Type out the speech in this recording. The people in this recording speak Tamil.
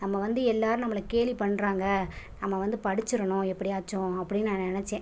நம்ம வந்து எல்லோரும் நம்மளை கேலி பண்ணுறாங்க நம்ம வந்து படிச்சுடணும் எப்படியாச்சும் அப்படின்னு நான் நினைச்சேன்